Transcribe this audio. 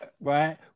Right